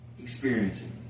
experiencing